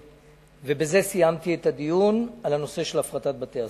ובזה סיימתי את הדיון בנושא של הפרטת בתי-הסוהר.